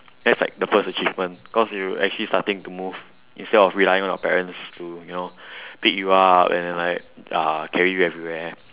that's like the first achievement cause you actually starting to move instead of relying on your parents to you know pick you up and then like uh carry you everywhere